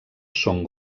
són